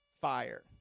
fire